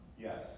Yes